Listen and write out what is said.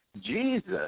Jesus